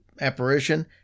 apparition